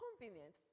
convenient